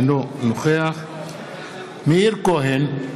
אינו נוכח מאיר כהן,